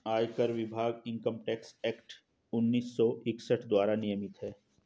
आयकर विभाग income tax act उन्नीस सौ इकसठ द्वारा नियमित है